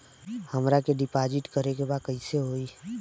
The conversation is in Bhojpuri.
हमरा के डिपाजिट करे के बा कईसे होई?